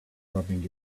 rubbing